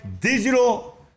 digital